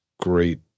great